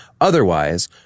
Otherwise